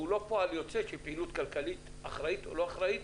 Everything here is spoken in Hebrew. הוא לא פועל יוצא של פעילות כלכלית אחראית או לא אחראית,